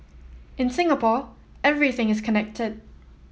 in Singapore everything is connected